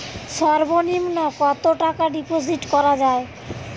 সর্ব নিম্ন কতটাকা ডিপোজিট করা য়ায়?